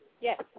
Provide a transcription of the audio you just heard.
Yes